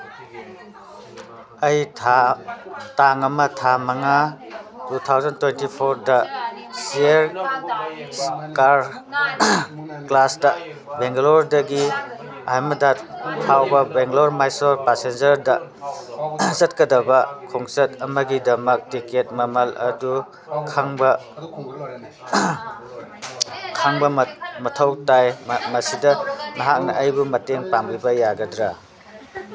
ꯑꯩ ꯇꯥꯡ ꯑꯃ ꯊꯥ ꯃꯉꯥ ꯇꯨ ꯊꯥꯎꯖꯟ ꯇ꯭ꯋꯦꯟꯇꯤ ꯐꯣꯔꯗ ꯆꯤꯌꯔ ꯀꯥꯔ ꯀ꯭ꯂꯥꯁꯇ ꯕꯦꯡꯒꯂꯣꯔꯗꯒꯤ ꯑꯦꯍꯃꯦꯗꯥꯠ ꯐꯥꯎꯕ ꯕꯦꯡꯒꯂꯣꯔ ꯃꯦꯁꯣꯔ ꯄꯁꯦꯟꯖꯔꯗ ꯆꯠꯀꯗꯕ ꯈꯣꯡꯆꯠ ꯑꯃꯒꯤꯗꯃꯛ ꯇꯤꯀꯦꯠ ꯃꯃꯜ ꯑꯗꯨ ꯈꯪꯕ ꯈꯪꯕ ꯃꯊꯧ ꯇꯥꯏ ꯃꯁꯤꯗ ꯅꯍꯥꯛꯅ ꯑꯩꯕꯨ ꯃꯇꯡ ꯄꯥꯡꯕꯤꯕ ꯌꯥꯒꯗ꯭ꯔꯥ